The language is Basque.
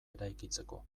eraikitzeko